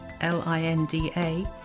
L-I-N-D-A